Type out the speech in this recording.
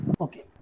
Okay